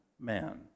man